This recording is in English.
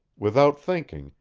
without thinking,